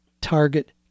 target